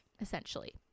essentially